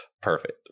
Perfect